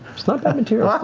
it's not bad material. ah